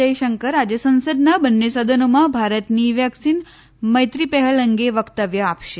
જયશંકર આજે સંસદના બંને સદનોમાં ભારતની વેક્સિન મૈત્રી પહેલ અંગે વક્તવ્ય આપશે